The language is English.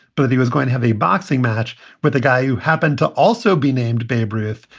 but that he was going to have a boxing match with a guy who happened to also be named babe ruth,